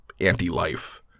anti-life